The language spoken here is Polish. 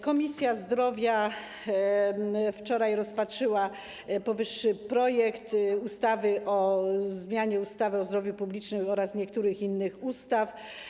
Komisja Zdrowia wczoraj rozpatrzyła powyższy projekt ustawy o zmianie ustawy o zdrowiu publicznym oraz niektórych innych ustaw.